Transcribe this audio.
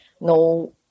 no